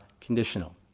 conditional